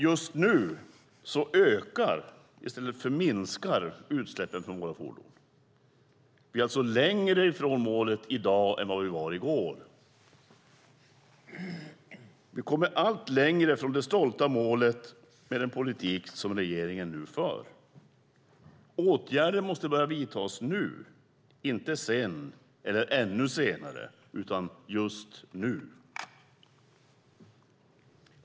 Just nu ökar i stället för minskar utsläppen från våra fordon. Vi är alltså längre från målet i dag än vad vi var i går. Vi kommer allt längre från det stolta målet med den politik som regeringen nu för. Åtgärder måste börja vidtas, inte sedan eller ännu senare utan just nu.